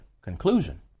conclusion